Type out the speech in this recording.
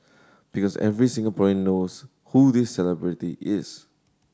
because every Singaporean knows who this celebrity is